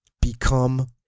Become